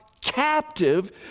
captive